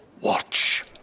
Watch